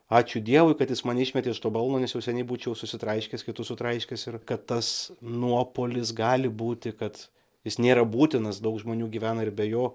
ačiū dievui kad jis mane išmetė iš to balno nes jau seniai būčiau susitraiškęs kitus sutraiškęs ir kad tas nuopuolis gali būti kad jis nėra būtinas daug žmonių gyvena ir be jo